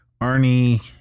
Arnie